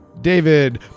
David